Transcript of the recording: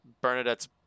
Bernadette's